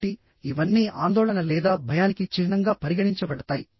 కాబట్టి ఇవన్నీ ఆందోళన లేదా భయానికి చిహ్నంగా పరిగణించబడతాయి